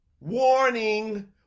Warning